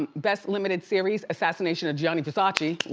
um best limited series, assassination of gianni versace,